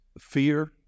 fear